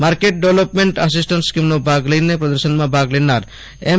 market development assistant સ્કીમનો લાભ લઇને પ્રદર્શનમાં ભાગ લેનાર એમ